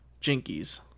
Jinkies